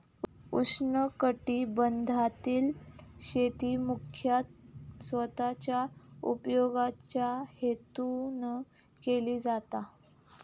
उष्णकटिबंधातील शेती मुख्यतः स्वतःच्या उपयोगाच्या हेतून केली जाता